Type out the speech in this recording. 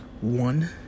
one